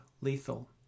lethal